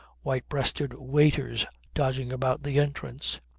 white-breasted waiters dodging about the entrance.